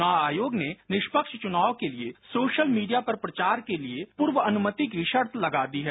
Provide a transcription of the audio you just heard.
चुनाव आयोग ने निष्पक्ष चुनाव के लिए सोशल मीडिया पर प्रचार के लिए पूर्व अनुमति की शर्त लगा दी है